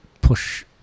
push